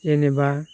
जेनेबा